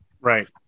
Right